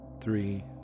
three